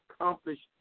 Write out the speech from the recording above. accomplished